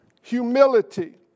Humility